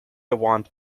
want